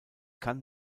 kann